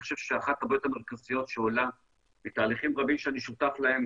אני חושב שאחת הבעיות המרכזיות בתהליכים רבים שאני שותף להם,